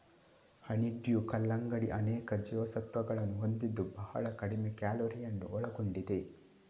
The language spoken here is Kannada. ಹನಿಡ್ಯೂ ಕಲ್ಲಂಗಡಿ ಅನೇಕ ಜೀವಸತ್ವಗಳನ್ನು ಹೊಂದಿದ್ದು ಬಹಳ ಕಡಿಮೆ ಕ್ಯಾಲೋರಿಯನ್ನು ಒಳಗೊಂಡಿದೆ